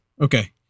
okay